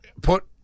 put